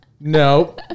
no